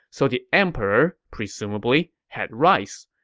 so the emperor, presumably, had rice.